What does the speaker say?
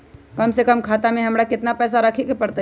कम से कम खाता में हमरा कितना पैसा रखे के परतई?